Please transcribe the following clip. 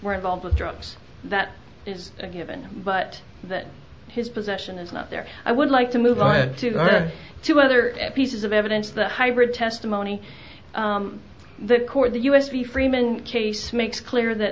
were involved with drugs that is a given but that his possession is not there i would like to move on to other pieces of evidence the hybrid testimony the court the u s the freeman chase makes clear that